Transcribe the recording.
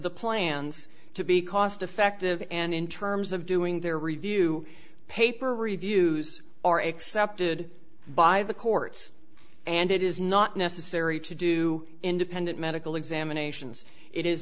the plans to be cost effective and in terms of doing their review paper reviews are accepted by the courts and it is not necessary to do independent medical examinations it is